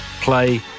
play